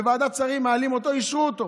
בוועדת שרים מעלים אותו, אישרו אותו,